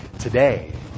today